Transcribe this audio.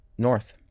North